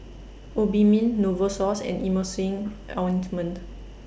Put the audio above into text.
Obimin Novosource and Emulsying Ointment